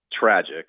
tragic